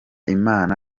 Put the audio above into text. imana